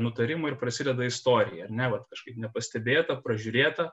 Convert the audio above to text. nutarimo ir prasideda istorija ar ne vat kažkaip nepastebėta pražiūrėta